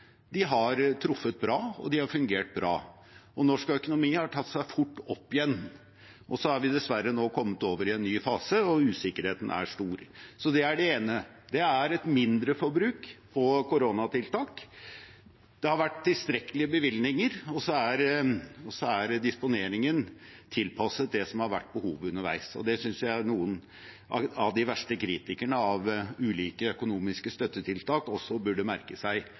har truffet bra, de har fungert bra, og norsk økonomi har tatt seg fort opp igjen. Så har vi dessverre nå kommet over i en ny fase, og usikkerheten er stor. Det er det ene. Det er et mindreforbruk på koronatiltak – det har vært tilstrekkelige bevilgninger, og så er disponeringen tilpasset det som har vært behovet underveis. Det synes jeg noen av de verste kritikerne av ulike økonomiske støttetiltak også burde merke seg,